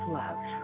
love